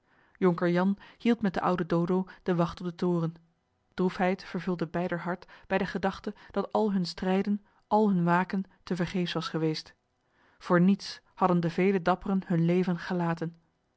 jonker jan hield met den ouden dodo de wacht op den toren droefheid vervulde beider hart bij de gedachte dat al hun strijden al hun waken tevergeefs was geweest voor niets hadden de vele dapperen hun leven gelaten